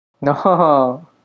no